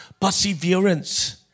perseverance